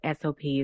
SOPs